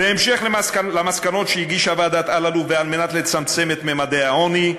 בהמשך למסקנות שהגישה ועדת אלאלוף ועל מנת לצמצם את ממדי העוני,